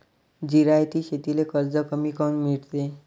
जिरायती शेतीले कर्ज कमी काऊन मिळते?